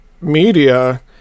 media